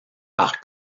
par